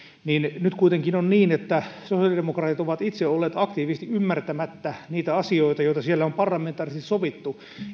niin nyt kuitenkin on niin että sosiaalidemokraatit ovat itse olleet aktiivisesti ymmärtämättä niitä asioita joita on parlamentaarisesti sovittu